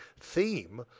theme